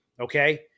okay